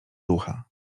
ducha